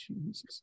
Jesus